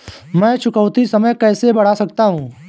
मैं चुकौती समय कैसे बढ़ा सकता हूं?